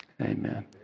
Amen